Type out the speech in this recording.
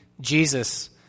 Jesus